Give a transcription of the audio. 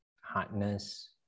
hardness